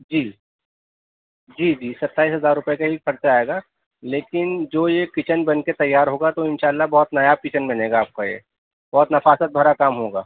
جی جی جی ستائیس ہزار روپے کا ہی خرچہ آئے گا لیکن جو یہ کچن بن کے تیار ہوگا تو ان شاء اللہ بہت نایاب کچن بنے گا آپ کو یہ بہت نفاست بھرا کام ہوگا